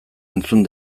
entzun